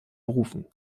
berufen